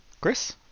Chris